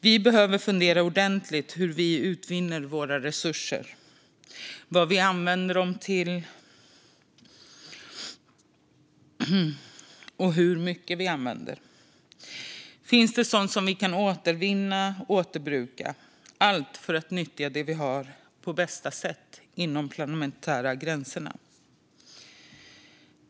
Vi behöver fundera ordentligt över hur vi utvinner våra resurser, vad vi använder dem till och hur mycket vi använder. Finns det sådant som vi kan återvinna eller återbruka? Allt för att nyttja det vi har på bästa sätt, inom de planetära gränserna.